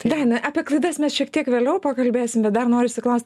daina apie klaidas mes šiek tiek vėliau pakalbėsim bet dar norisi klaust